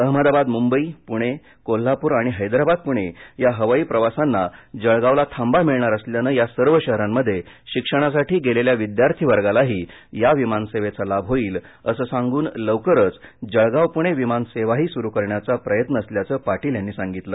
अहमदाबाद मुंबई पुणे कोल्हापूर आणि हैद्राबाद पुणे या हवाई प्रवासांना जळगावला थांबा मिळणार असल्यानं या सर्व शहरांमध्ये शिक्षणासाठी गेलेल्या विद्यार्थीवर्गालाही या विमान सेवेचा लाभ होईल असं सांगून लवकरच जळगाव पुणे विमान सेवाही सुरु करण्याचा प्रयत्न असल्याचं पाटील यांनी सांगितलं